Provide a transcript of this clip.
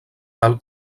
tal